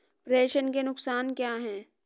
प्रेषण के नुकसान क्या हैं?